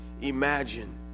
imagine